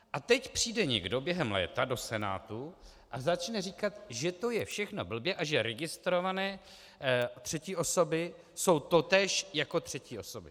A teď přijde někdo během léta do Senátu a začne říkat, že to je všechno blbě a že registrované třetí osoby jsou totéž jako třetí osoby.